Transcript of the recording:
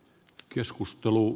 keskustelu